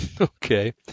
Okay